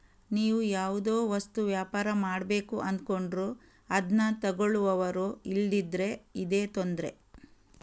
ನೀವು ಯಾವುದೋ ವಸ್ತು ವ್ಯಾಪಾರ ಮಾಡ್ಬೇಕು ಅಂದ್ಕೊಂಡ್ರು ಅದ್ನ ತಗೊಳ್ಳುವವರು ಇಲ್ದಿದ್ರೆ ಇದೇ ತೊಂದ್ರೆ